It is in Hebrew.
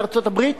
וארצות-הברית.